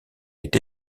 est